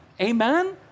Amen